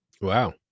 Wow